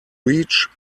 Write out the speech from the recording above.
reach